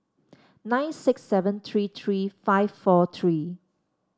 nine six seven three three five four three